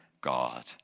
God